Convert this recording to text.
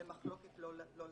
למחלוקת לא להם.